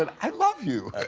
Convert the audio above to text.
and i love you.